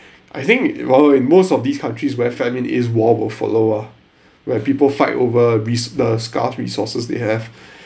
I think well in most of these countries where famine is war will follow ah where people fight over res~ the scarce resources they have